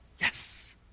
Yes